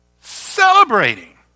Celebrating